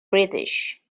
british